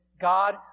God